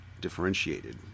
differentiated